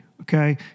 okay